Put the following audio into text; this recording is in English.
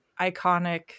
iconic